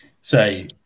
say